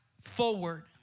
forward